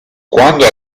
quando